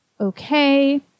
okay